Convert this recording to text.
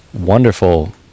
wonderful